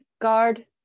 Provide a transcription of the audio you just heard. guard